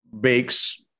bakes